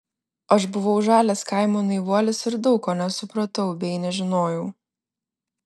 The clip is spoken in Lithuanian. aš buvau žalias kaimo naivuolis ir daug ko nesupratau bei nežinojau